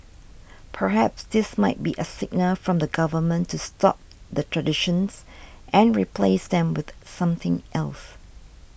perhaps this might be a signal from the government to stop the traditions and replace them with something else